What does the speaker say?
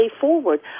forward